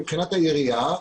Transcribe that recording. מבחינת העירייה,